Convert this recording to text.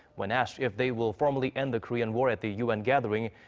when asked if they will formally end the korean war at the un gathering.